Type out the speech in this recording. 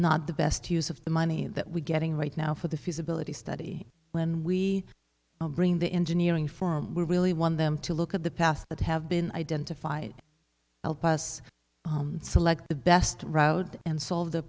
not the best use of the money that we're getting right now for the feasibility study when we bring the engineering form we really want them to look at the past that have been identified help us select the best route and solve the